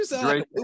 Drake